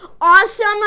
awesome